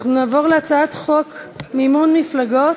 אנחנו נעבור להצעת חוק מימון מפלגות.